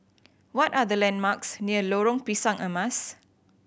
what are the landmarks near Lorong Pisang Emas